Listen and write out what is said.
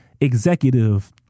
executive